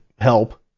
help